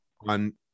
on